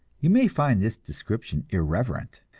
you may find this description irreverent,